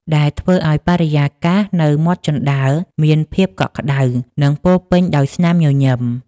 ដែលធ្វើឱ្យបរិយាកាសនៅមាត់ជណ្ដើរមានភាពកក់ក្តៅ និងពោរពេញដោយស្នាមញញឹម។